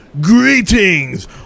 Greetings